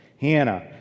Hannah